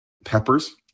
peppers